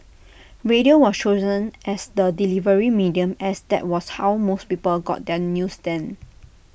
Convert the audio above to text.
radio was chosen as the delivery medium as that was how most people got their news then